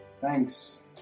thanks